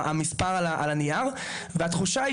המספר על הנייר והתחושה היא